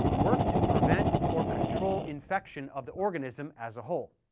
work to prevent or control infection of the organism as a whole.